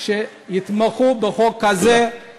שיתמכו בחוק הזה, תודה רבה, אדוני.